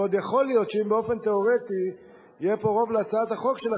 ועוד יכול להיות שאם באופן תיאורטי יהיה פה רוב להצעת החוק שלך,